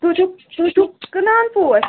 تُہۍ چھِو تُہۍ چھِو کٕنان پوٚش